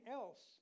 else